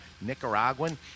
Nicaraguan